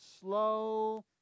slow